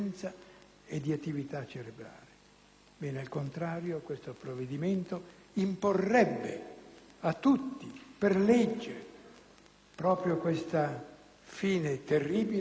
Bene, al contrario, questo provvedimento imporrebbe a tutti, per legge, proprio questa fine terribile e innaturale. *(Vivi,